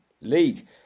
League